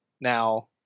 Now